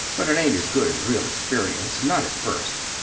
but it ain't as good as real experience. not at first.